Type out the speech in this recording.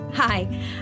Hi